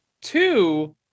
two